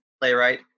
playwright